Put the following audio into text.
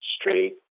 straight